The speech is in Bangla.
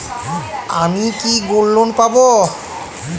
আমি কি গোল্ড লোন পাবো?